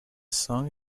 song